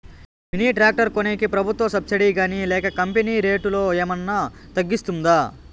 Mini tractor కొనేకి ప్రభుత్వ subsidy గాని లేక కంపెని రేటులో ఏమన్నా తగ్గిస్తుందా?